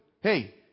Hey